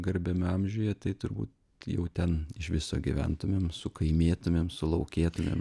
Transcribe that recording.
garbiame amžiuje tai turbūt jau ten iš viso gyventumėm sukaimėtumėm sulaukėtumėm